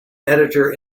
editor